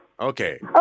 Okay